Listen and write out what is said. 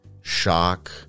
shock